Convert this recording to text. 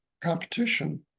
competition